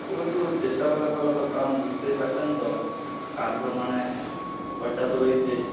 তবুও একটু চেষ্টা করলে ভালো হত কারণ বুঝতেই পারছেন তো কাজঘর মানে খরচা তো রয়েছেই